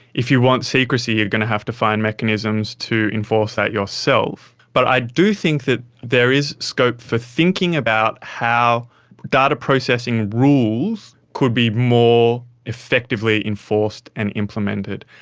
if you want secrecy are going to have to find mechanisms to enforce that yourself. but i do think that there is scope for thinking about how data processing rules could be more effectively enforced and implemented.